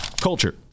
Culture